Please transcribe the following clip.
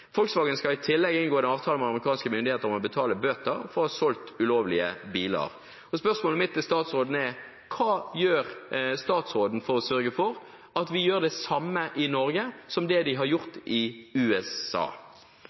skal i tillegg inngå en avtale med amerikanske myndigheter om å betale bøter for å ha solgt ulovlige biler. Spørsmålet mitt til statsråden er: Hva gjør statsråden for å sørge for at vi gjør det samme i Norge som de har gjort i USA?